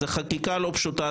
מדובר בחקיקה לא פשוטה,